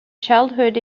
childhood